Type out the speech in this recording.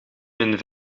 min